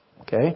Okay